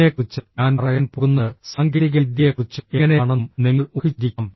ഇതിനെക്കുറിച്ച് ഞാൻ പറയാൻ പോകുന്നത് സാങ്കേതികവിദ്യയെക്കുറിച്ചും എങ്ങനെയാണെന്നും നിങ്ങൾ ഊഹിച്ചിരിക്കാം